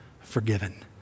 forgiven